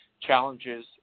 challenges